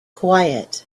quiet